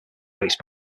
race